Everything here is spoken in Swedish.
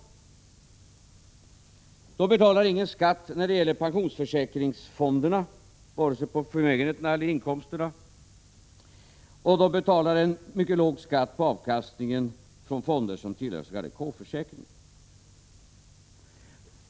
Livbolagen och pensionsstiftelserna betalar inte någon skatt när det gäller pensionsförsäkringsfonderna vare sig på förmögenheterna eller på inkomsterna, och de betalar en mycket låg skatt på avkastningen från fonder som tillhör s.k. K-försäkringar.